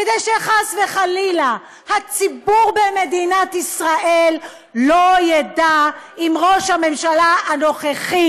כדי שחס וחלילה הציבור במדינת ישראל לא ידע אם ראש הממשלה הנוכחי,